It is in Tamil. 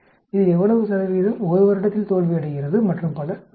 இதில் எவ்வளவு சதவீதம் 1 வருடத்தில் தோல்வியடைகிறது மற்றும் பல உண்மையில்